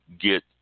get